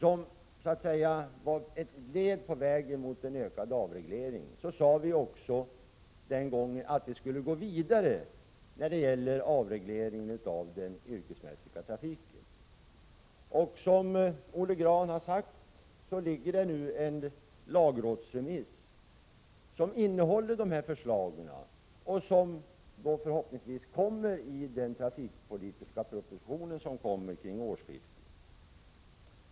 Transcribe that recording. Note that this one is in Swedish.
Detta var ett led i en ökad avreglering. Vi sade då att vi skulle gå vidare i avregleringen av den yrkesmässiga trafiken. Som Olle Grahn har sagt föreligger nu en lagrådsremiss med förslag som förhoppningsvis kommer att ingå i den trafikpolitiska propositionen, vilken kommer vid årsskiftet.